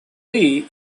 lee